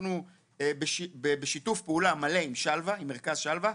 אנחנו בשיתוף פעולה מלא עם מרכז שלווה.